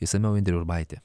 išsamiau indrė urbaitė